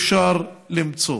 אפשר למצוא.